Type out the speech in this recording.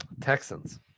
Texans